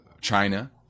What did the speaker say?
China